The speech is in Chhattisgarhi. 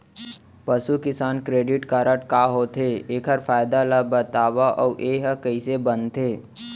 पसु किसान क्रेडिट कारड का होथे, एखर फायदा ला बतावव अऊ एहा कइसे बनथे?